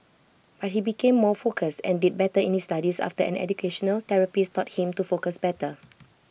but he became more focused and did better in his studies after an educational therapist taught him to focus better